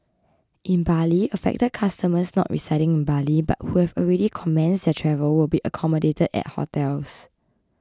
in Bali affected customers not residing in Bali but who have already commenced their travel will be accommodated at hotels